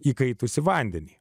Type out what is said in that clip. įkaitusį vandenį